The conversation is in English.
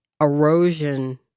erosion